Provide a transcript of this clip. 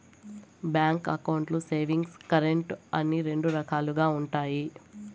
bank అకౌంట్లు savings, current అని రెండు రకాలుగా ఉంటాయి